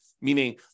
meaning